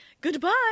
Goodbye